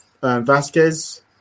Vasquez